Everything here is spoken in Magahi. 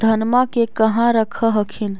धनमा के कहा रख हखिन?